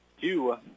two